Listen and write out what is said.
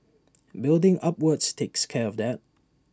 building upwards takes care of that